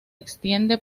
extiende